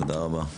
תודה רבה.